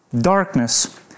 Darkness